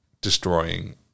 destroying